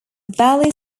valley